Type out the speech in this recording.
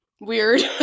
weird